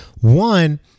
One